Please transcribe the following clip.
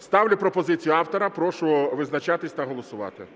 Ставлю пропозицію автора. Прошу визначатись та голосувати.